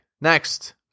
Next